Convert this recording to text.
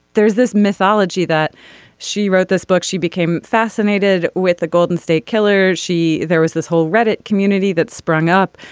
there's this mythology that she wrote this book she became fascinated with the golden state killer. she there was this whole reddit community that sprung up.